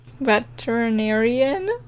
veterinarian